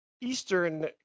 eastern